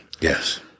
Yes